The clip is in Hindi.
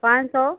पाँच सौ